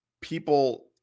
people